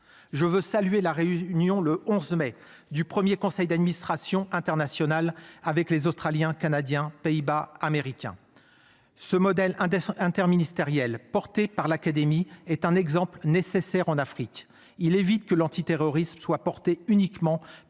Je veux saluer la réunion le 11 mai du 1er conseil d'administration internationale avec les australiens, canadiens Pays-Bas américain. Ce modèle interministérielle porté par l'Académie est un exemple nécessaire en Afrique, il est évident que l'anti-terrorisme soit porté uniquement